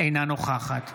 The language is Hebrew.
אינה נוכחת